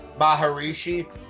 Maharishi